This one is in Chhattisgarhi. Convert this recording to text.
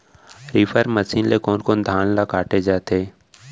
रीपर मशीन ले कोन कोन धान ल काटे जाथे?